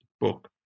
book